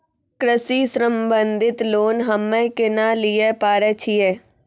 कृषि संबंधित लोन हम्मय केना लिये पारे छियै?